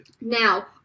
Now